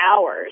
hours